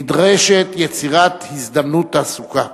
נדרשת יצירת הזדמנות תעסוקה.